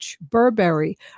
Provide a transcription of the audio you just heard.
Burberry